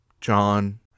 John